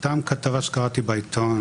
סתם כתבה שקראתי בעיתון,